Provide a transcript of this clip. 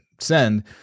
send